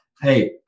hey